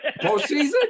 postseason